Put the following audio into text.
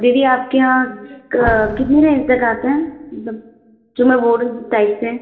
दीदी आप के यहाँ कितने का आता है जो मैं बोल रही थी टाइप से